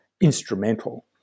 instrumental